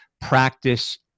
practice